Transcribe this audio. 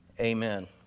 Amen